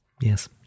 yes